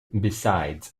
besides